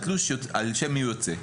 על שם מי התלוש יוצא.